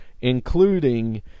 including